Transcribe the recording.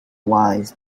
wise